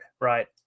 right